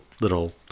little